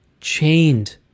chained